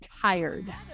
Tired